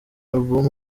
album